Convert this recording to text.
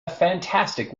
fantastic